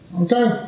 Okay